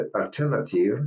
alternative